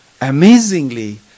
Amazingly